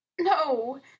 no